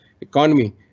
economy